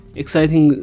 exciting